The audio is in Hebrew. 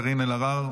קארין אלהרר,